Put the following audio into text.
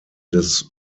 des